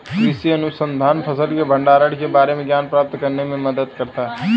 कृषि अनुसंधान फसल के भंडारण के बारे में ज्ञान प्राप्त करने में मदद करता है